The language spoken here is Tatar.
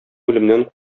үлемнән